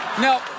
Now